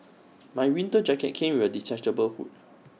my winter jacket came with A detachable hood